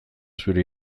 zure